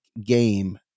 game